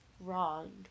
wrong